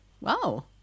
Wow